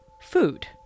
Food